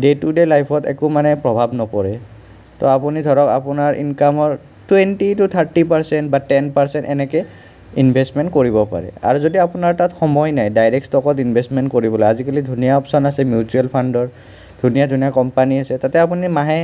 day to day লাইফত একো মানে প্ৰভাৱ নপৰে তো আপুনি ধৰক আপোনাৰ ইনকামৰ টুৱেণ্টি টু থাৰ্টি পাৰচেণ্ট বা টেন পাৰচেণ্ট এনেকৈ ইনভেচমেণ্ট কৰিব পাৰে আৰু যদি আপোনাৰ তাত সময় নাই ডাইৰেক্ট ষ্টকত ইনভেচমেণ্ট কৰিবলৈ আজিকালি ধুনীয়া অপশ্যন আছে মিউচুৱেল ফাণ্ডৰ ধুনীয়া ধুনীয়া কম্পানী আছে তাতে আপুনি মাহে